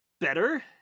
better